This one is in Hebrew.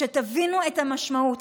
שתבינו את המשמעות.